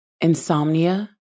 Insomnia